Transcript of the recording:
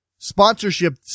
sponsorships